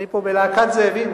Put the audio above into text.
אני פה בלהקת זאבים,